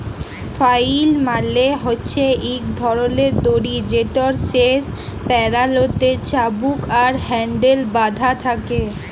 flail মালে হছে ইক ধরলের দড়ি যেটর শেষ প্যারালতে চাবুক আর হ্যাল্ডেল বাঁধা থ্যাকে